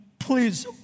Please